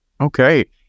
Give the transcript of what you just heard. Okay